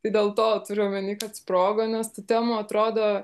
tai dėl to turiu omeny kad sprogo nes tų temų atrodo